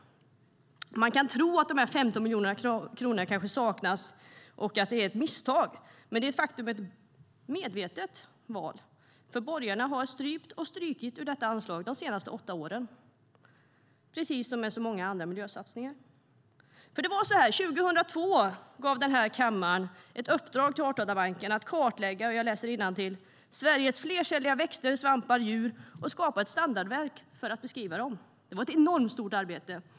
Man kan kanske tro att det är ett misstag att de 15 miljoner kronorna saknas, men faktum är att det är ett medvetet val, för borgarna har strypt och strukit i detta anslag under de senaste åtta åren, precis som med så många andra miljösatsningar. År 2002 gav den här kammaren Artdatabanken i uppdrag att kartlägga Sveriges flercelliga växter, svampar och djur och skapa ett standardverk för att beskriva dem. Det var ett enormt arbete.